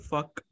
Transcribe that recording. Fuck